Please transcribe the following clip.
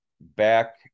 back